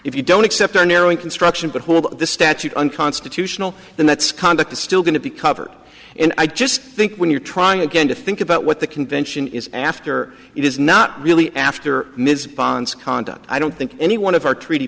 if you don't accept or narrowing construction but what the statute unconstitutional then that's conduct is still going to be covered and i just think when you're trying again to think about what the convention is after it is not really after ms ponds conduct i don't think any one of our treaty